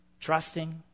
trusting